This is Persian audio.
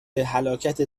هلاکت